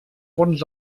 fons